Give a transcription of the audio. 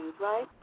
right